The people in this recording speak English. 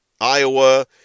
Iowa